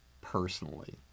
personally